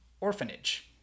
Orphanage